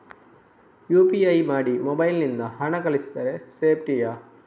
UPI ಮಾಡಿ mobile ನಿಂದ ಹಣ ಕಳಿಸಿದರೆ ಸೇಪ್ಟಿಯಾ?